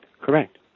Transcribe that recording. Correct